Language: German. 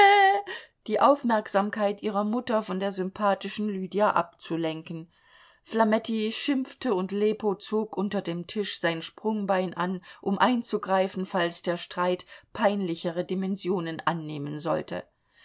die aufmerksamkeit ihrer mutter von der sympathischen lydia abzulenken flametti schimpfte und lepo zog unter dem tisch sein sprungbein an um einzugreifen falls der streit peinlichere dimensionen annehmen sollte